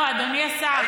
לא, אדוני השר.